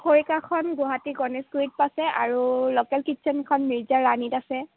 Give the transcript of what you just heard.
খৰিকাখন গুৱাহাটী গণেশগুৰিত আছে আৰু লোকেল কিটচেনখন মিৰ্জাৰ ৰাণীত আছে